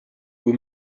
kui